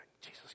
Jesus